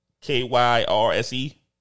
K-Y-R-S-E